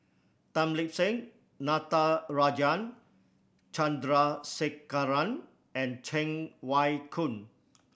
Tan Lip Seng Natarajan Chandrasekaran and Cheng Wai Keung